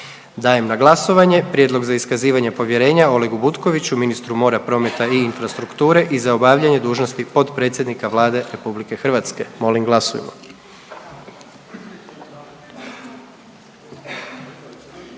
Dajem na glasovanje Prijedlog za iskazivanje povjerenja Olegu Butkoviću ministru mora, prometa i infrastrukture i za obavljanje dužnosti potpredsjednika Vlade RH. Molim glasujmo.